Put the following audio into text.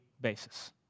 basis